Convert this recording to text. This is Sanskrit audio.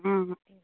हा